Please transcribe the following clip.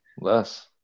Less